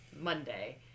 Monday